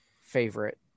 favorite